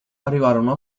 arrivarono